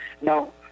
no